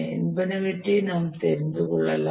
என்பனவற்றை நாம் தெரிந்து கொள்ளலாம்